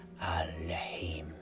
Al-Lahim